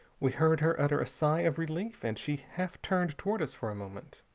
we heard her utter a sigh of relief, and she half turned toward us for a moment.